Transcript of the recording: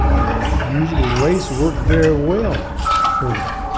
and usually race worked very well for them.